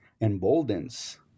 emboldens